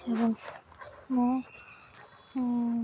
ମୁଁ